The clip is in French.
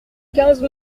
quinze